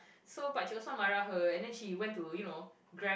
so Pakcik Osman marah her and then she went to you know grab